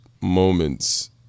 moments